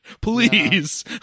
please